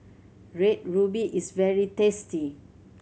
Red Ruby is very tasty